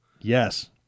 Yes